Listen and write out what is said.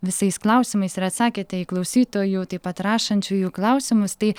visais klausimais ir atsakėte į klausytojų taip pat rašančiųjų klausimus tai